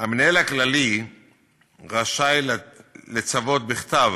"המנהל הכללי רשאי לצוות בכתב